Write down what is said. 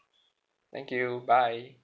thank you bye